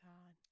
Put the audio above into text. God